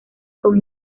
con